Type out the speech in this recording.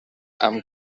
amb